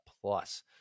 plus